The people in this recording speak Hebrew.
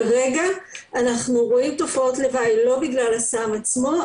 כרגע אנחנו רואים תופעות לוואי לא בגלל הסם עצמו,